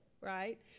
right